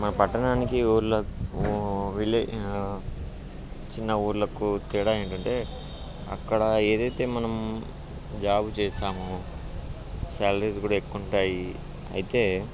మన పట్టణానికి ఊర్లో విలేజ్ చిన్న ఊళ్ళకు తేడా ఏంటంటే అక్కడ ఏదైతే మనం జాబు చేస్తామో సాలరీస్ కూడా ఎక్కువ ఉంటాయి అయితే